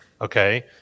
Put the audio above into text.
Okay